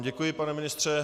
Děkuji vám, pane ministře.